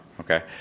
Okay